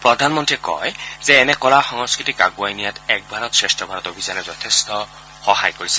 প্ৰধানমন্ত্ৰীয়ে কয় যে এনে কলা সংস্কৃতিক আগুৱাই নিয়াত এক ভাৰত শ্ৰেষ্ঠ ভাৰত অভিযানে যথেষ্ঠ সহায় কৰিছে